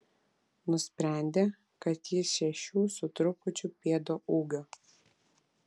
nusprendė kad jis šešių su trupučiu pėdų ūgio